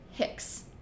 Hicks